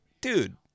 dude